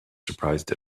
surprised